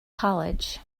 college